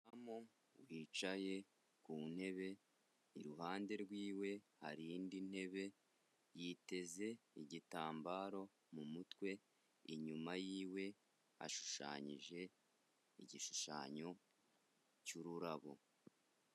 Umuntu wicaye ku ntebe, iruhande rw'iwe hari indi ntebe, yiteze igitambaro mu mutwe, inyuma y'iwe hashushanyije igishushanyo cy'ururabo.